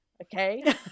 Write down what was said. Okay